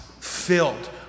filled